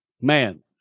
man